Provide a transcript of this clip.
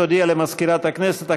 תודיע למזכירת הכנסת,